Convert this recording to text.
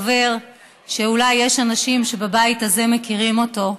חבר שאולי יש אנשים בבית הזה שמכירים אותו,